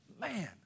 man